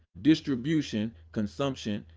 distribution, consumption,